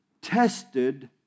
tested